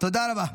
תודה רבה.